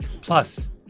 Plus